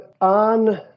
on